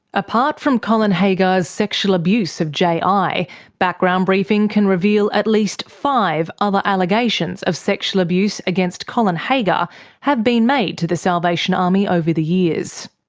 apart from colin haggar's sexual abuse of ji, background briefing can reveal at least five other allegations of sexual abuse against colin haggar have been made to the salvation army over the years.